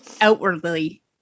outwardly